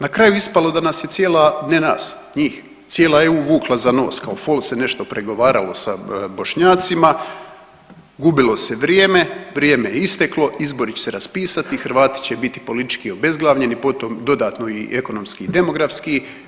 Na kraju je ispalo da nas je cijela, ne nas njih cijela EU vukla za nos, kao fol se nešto pregovaralo sa Bošnjacima, gubilo se vrijeme, vrijeme je isteklo, izbori će se raspisati, Hrvati će biti politički obezglavljeni potom dodatno i ekonomski i demografski.